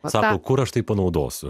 pasakyk kur aš tai panaudosiu